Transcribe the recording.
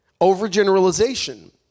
Overgeneralization